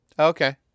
okay